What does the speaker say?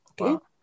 okay